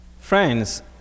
Friends